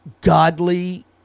godly –